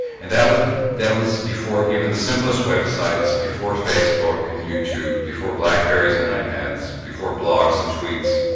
and that was that was before even the simplest websites, before facebook and youtube, before blackberries and ipads, before blogs and tweets.